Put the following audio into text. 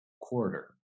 quarter